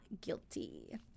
guilty